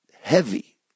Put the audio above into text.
heavy